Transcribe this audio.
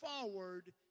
forward